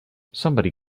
somebody